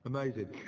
Amazing